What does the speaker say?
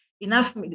enough